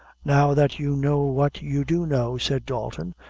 now that you know what you do know, said dalton,